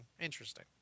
interesting